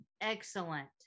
excellent